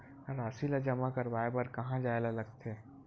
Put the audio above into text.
राशि ला जमा करवाय बर कहां जाए ला लगथे